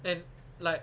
and like